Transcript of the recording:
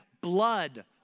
blood